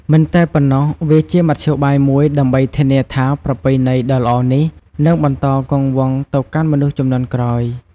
មិនតែប៉ុណ្ណោះវាជាមធ្យោបាយមួយដើម្បីធានាថាប្រពៃណីដ៏ល្អនេះនឹងបន្តគង់វង្សទៅកាន់មនុស្សជំនាន់ក្រោយ។